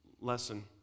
lesson